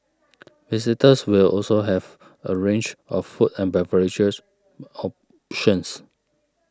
visitors will also have a range of food and beverages options